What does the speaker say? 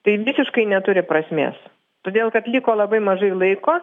tai visiškai neturi prasmės todėl kad liko labai mažai laiko